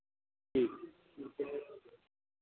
जी